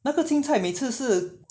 那个青菜每次是